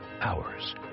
hours